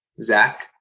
Zach